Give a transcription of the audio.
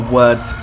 words